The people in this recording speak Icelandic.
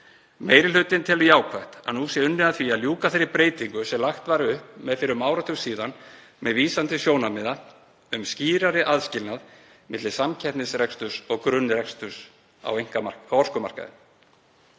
Meiri hlutinn telur jákvætt að nú sé unnið að því að ljúka þeirri breytingu sem lagt var upp með fyrir um áratug síðan með vísan til sjónarmiða um skýrari aðskilnað milli samkeppnisreksturs og grunnreksturs á orkumarkaði.